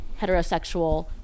heterosexual